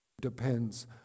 depends